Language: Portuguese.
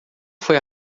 foi